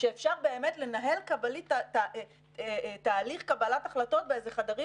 שאפשר באמת לנהל תהליך קבלת החלטות בחדרים